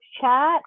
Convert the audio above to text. chat